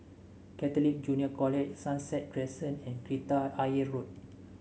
Catholic Junior College Sunset Crescent and Kreta Ayer Road